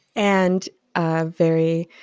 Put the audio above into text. and a very